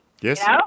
Yes